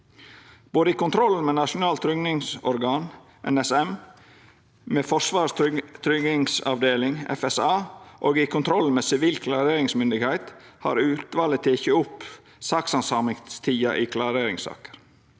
Både i kontrollen med Nasjonalt tryggingsorgan, NSM, med Forsvarets tryggingsavdeling, FSA, og i kontrollen med Sivil klareringsmyndigheit har utvalet teke opp sakshandsamingstida i klareringssaker.